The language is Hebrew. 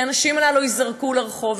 כי הנשים הללו ייזרקו לרחוב.